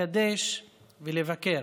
לקדש ולבקר.